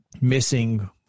missing